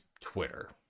Twitter